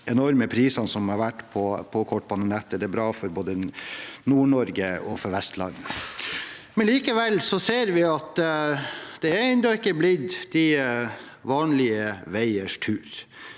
høye prisene som har vært på kortbanenettet. Det er bra for både Nord-Norge og Vestlandet. Likevel ser vi at det ennå ikke er blitt de vanlige veiers tur.